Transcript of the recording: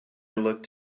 looked